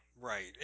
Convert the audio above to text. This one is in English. Right